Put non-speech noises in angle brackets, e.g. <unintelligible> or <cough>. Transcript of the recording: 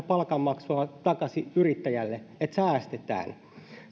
<unintelligible> palkanmaksua takaisin yrittäjälle että säästetään